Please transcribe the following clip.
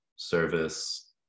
Service